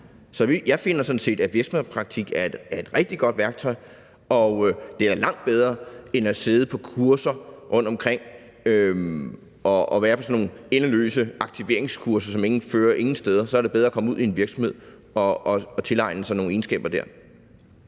Så jeg finder sådan set, at virksomhedspraktik er et rigtig godt værktøj, og det er da langt bedre end at være på sådan nogle endeløse aktiveringskurser, som ikke fører nogen steder hen. Så er det bedre at komme ud i en virksomhed og tilegne sig nogle kompetencer der.